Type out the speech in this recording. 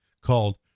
called